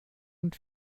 und